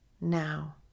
now